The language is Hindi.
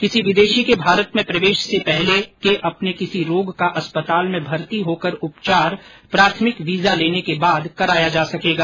किसी विदेशी के भारत में प्रवेश से पहले के अपने किसी रोग का अस्पताल में भर्ती होकर उपचार प्राथमिक वीजा लेने के बाद कराया जा सकेगा